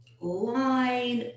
line